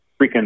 freaking